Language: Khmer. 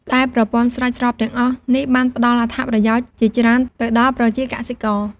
ដែលប្រព័ន្ធស្រោចស្រពទាំងអស់នេះបានផ្ដល់អត្ថប្រយោជន៍ជាច្រើនទៅដល់ប្រជាកសិករ។